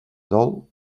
dol